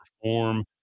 perform